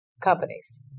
companies